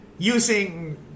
using